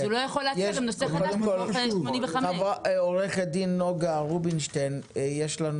הוא לא יכול להצהיר על נושא חדש לפי סעיף 85. יש לנו